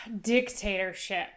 dictatorship